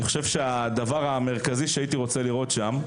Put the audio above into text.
הדבר המרכזי שהייתי רוצה לראות שם,